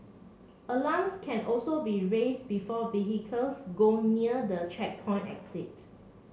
alarms can also be raised before vehicles go near the checkpoint exit